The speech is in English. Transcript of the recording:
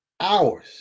hours